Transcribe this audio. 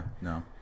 no